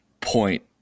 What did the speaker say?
point